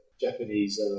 Japanese